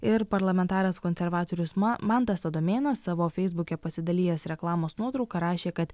ir parlamentaras konservatorius ma mantas adomėnas savo feisbuke pasidalijęs reklamos nuotrauka rašė kad